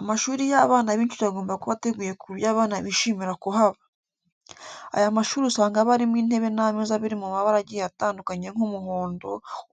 Amashuri y'abana b'inshuke agomba kuba ateguye ku buryo abana bishimira kuhaba. Aya mashuri usanga aba arimo intebe n'ameza biri mu mabara agiye atandukanye nk'umuhondo,